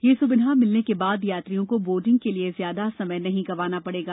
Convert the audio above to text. यह स्विधा मिलने के बाद यात्रियों को बोर्डिंग के लिए ज्यादा समय नहीं गंवाना पड़ेगा